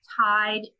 tied